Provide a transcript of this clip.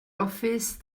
office